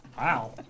Wow